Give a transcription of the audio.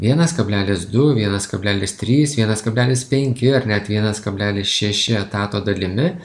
vienas kablelis du vienas kablelis trys vienas kablelis penki ar net vienas kablelis šeši etato dalimi